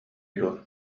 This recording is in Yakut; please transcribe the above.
дуо